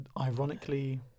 ironically